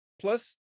plus